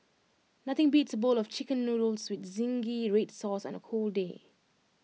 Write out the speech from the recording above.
nothing beats A bowl of Chicken Noodles with zingy read sauce on A cold day